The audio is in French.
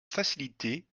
faciliter